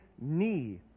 knee